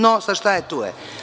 No, sad šta je tu je.